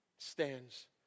Stands